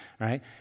right